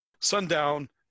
sundown